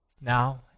now